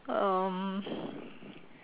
um